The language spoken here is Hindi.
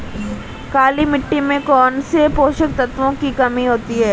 काली मिट्टी में कौनसे पोषक तत्वों की कमी होती है?